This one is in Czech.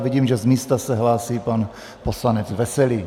Vidím, že z místa se hlásí pan poslanec Veselý.